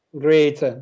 Great